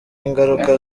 ingaruka